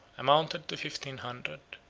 amounted to fifteen hundred.